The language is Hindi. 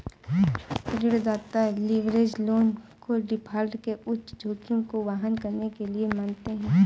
ऋणदाता लीवरेज लोन को डिफ़ॉल्ट के उच्च जोखिम को वहन करने के लिए मानते हैं